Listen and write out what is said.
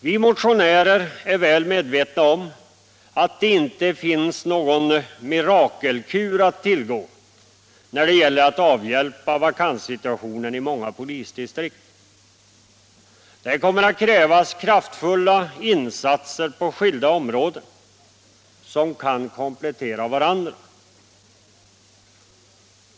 Vi motionärer är väl medvetna om att det inte finns någon mirakelkur att tillgå när det gäller att avhjälpa vakanssituationen i många polisdistrikt. Det kommer att krävas kraftfulla insatser på skilda områden som kan komplettera varandra.